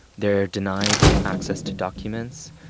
they're denied access to documents.